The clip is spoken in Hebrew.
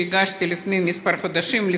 שהגשתי לפני כמה חודשים,